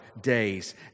days